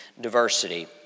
diversity